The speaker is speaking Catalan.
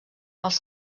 als